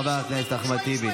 חבר הכנסת אחמד טיבי.